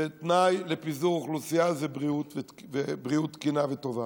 ותנאי לפיזור אוכלוסייה זה בריאות תקינה וטובה.